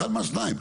אחד מן השניים.